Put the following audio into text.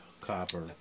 copper